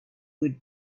would